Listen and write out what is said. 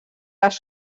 les